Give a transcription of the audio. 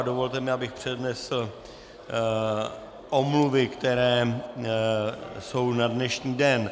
Dovolte mi, abych přednesl omluvy, které jsou na dnešní den.